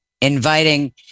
inviting